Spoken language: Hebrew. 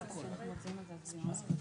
אני אקח התייעצות סיעתית.